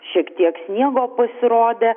šiek tiek sniego pasirodė